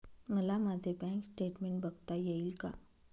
मला माझे bank statement बघता येईल का?